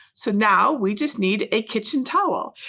so now we just need a kitchen towel.